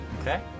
Okay